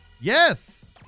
Yes